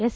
S